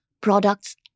products